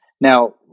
Now